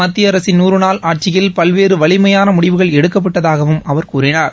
மத்திய அரசின் நூறு நாள் ஆட்சியில் பல்வேறு வலிமையான முடிவுகள் எடுக்கப்பட்டதாகவும் அவர் கூறினார்